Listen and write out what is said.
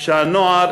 שהנוער